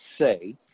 say